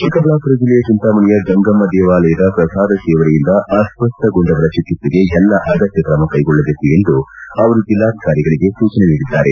ಚಿಕ್ಕಬಳ್ಳಾಪುರ ಜಿಲ್ಲೆಯ ಚಿಂತಾಮಣಿಯ ಗಂಗಮ್ಮ ದೇವಾಲಯದ ಪ್ರಸಾದ ಸೇವನೆಯಿಂದ ಅಸ್ವಸ್ಟ ಗೊಂಡವರ ಚಿಕಿತ್ಸೆಗೆ ಎಲ್ಲ ಅಗತ್ತ್ವಕ್ರಮ ಕೈಗೊಳ್ಳಬೇಕು ಎಂದು ಅವರು ಜಿಲ್ಲಾಧಿಕಾರಿಗಳಿಗೆ ಸೂಚನೆ ನೀಡಿದ್ದಾರೆ